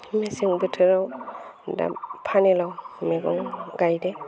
मेसें बोथोराव दा पानिलाव मैगं गायदो